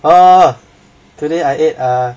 orh today I did err